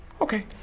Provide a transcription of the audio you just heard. Okay